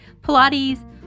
Pilates